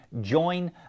join